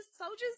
Soldiers